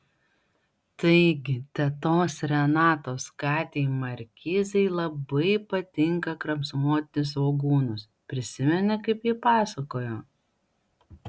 taigi tetos renatos katei markizei labai patinka kramsnoti svogūnus prisimeni kaip ji pasakojo